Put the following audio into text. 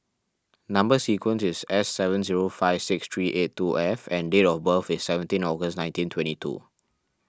Number Sequence is S seven zero five six three eight two F and date of birth is seventeen August nineteen twenty two